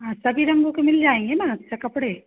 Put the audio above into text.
हाँ तभी तो हम लोग को मिल जाएँगे ना अच्छे कपड़े